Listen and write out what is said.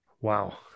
Wow